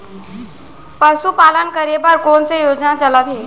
पशुपालन करे बर कोन से योजना चलत हे?